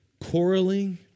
quarreling